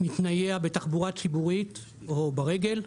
מתנועע בתחבורה ציבורית או ברגל,